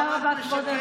תלך לעורכי